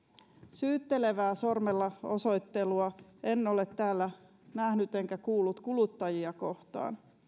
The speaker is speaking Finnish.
syyttelevää sormella osoittelua en ole täällä nähnyt enkä kuullut kuluttajia kohtaan